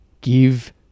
give